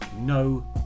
No